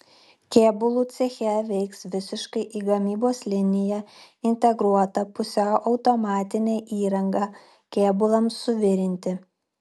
kėbulų ceche veiks visiškai į gamybos liniją integruota pusiau automatinė įranga kėbulams suvirinti